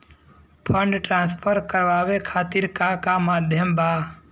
Fund transfer करवाये खातीर का का माध्यम बा?